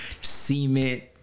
cement